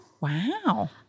Wow